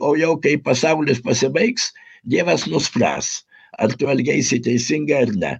o jau kai pasaulis pasibaigs dievas nuspręs ar tu elgeisi teisingai ar ne